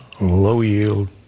low-yield